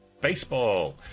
Baseball